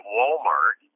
Walmart